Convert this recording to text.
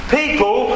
people